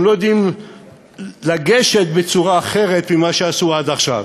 הם לא יודעים לגשת בצורה אחרת ממה שעשו עד עכשיו.